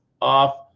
off